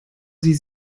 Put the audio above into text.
sie